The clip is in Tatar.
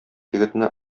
егетне